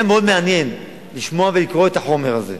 היה מאוד מעניין לשמוע ולקרוא את החומר הזה.